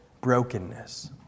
brokenness